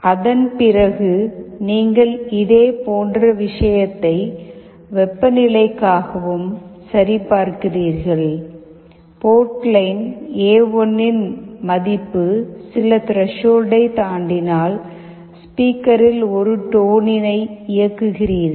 அதன் பிறகு நீங்கள் இதே போன்ற விஷயத்தை வெப்பநிலைக்காகவும் சரி பார்க்கிறீர்கள் போர்ட் லைன் எ1 இன் மதிப்பு சில திரேஷால்டை தாண்டினால் ஸ்பீக்கரில் ஒரு டோனினை இயக்குகிறீர்கள்